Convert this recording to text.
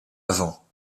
avant